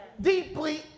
deeply